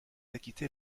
acquitté